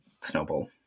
snowball